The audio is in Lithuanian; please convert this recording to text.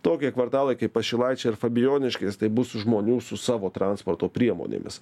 tokie kvartalai kaip pašilaičiai ir fabijoniškės tai bus žmonių su savo transporto priemonėmis